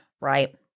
right